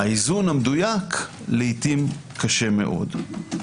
האיזון המדויק לעיתים קשה עד מאוד".